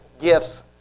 gifts